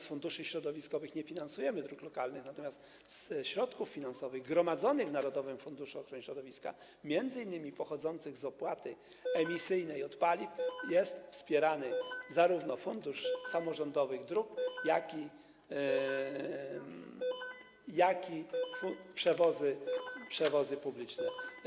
Z funduszy środowiskowych nie finansujemy dróg lokalnych, natomiast ze środków finansowych gromadzonych w narodowym funduszu ochrony środowiska, m.in. pochodzących z opłaty emisyjnej pobieranej od paliw, jest wspierany zarówno Fundusz Dróg Samorządowych, jak i przewozy publiczne.